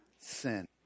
sin